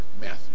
Matthew